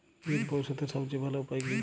বিল পরিশোধের সবচেয়ে ভালো উপায় কী?